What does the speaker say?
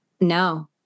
no